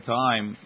time